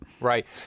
Right